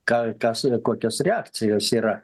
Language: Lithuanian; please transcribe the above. ką kas kokios reakcijos yra